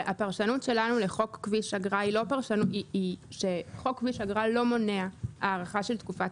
הפרשנות שלנו לחוק כביש אגרה היא שחוק כביש אגרה לא מונע הארכה של תקופת